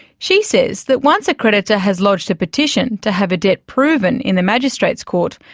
she says that once a creditor has lodged a petition to have a debt proven in the magistrates court,